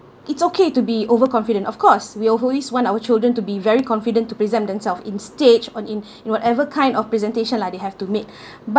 it's okay to be overconfident of course we always want our children to be very confident to present themselves in stage or in in whatever kind of presentation lah they have to make but